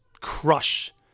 crush